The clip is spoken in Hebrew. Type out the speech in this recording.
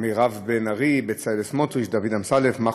הכנסת רויטל סויד מבקשת להצטרף כתומכת.